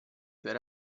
per